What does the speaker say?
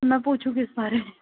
मैं पूछुं किस बारे में